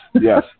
yes